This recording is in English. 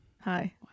Hi